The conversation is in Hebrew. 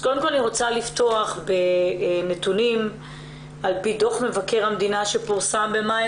אני רוצה לפתוח בנתונים מדוח מבקר המדינה שפורסם במאי